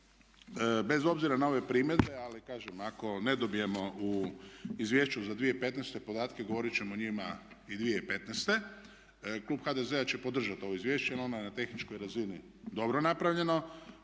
bez obzira na ove primjere, ali kažem ako ne dobijemo u izvješću za 2015. podatke, govoriti ćemo o njima i 2015. Klub HDZ-a će podržati ovo izvješće jer ono je na tehničkoj razini dobro napravljeno.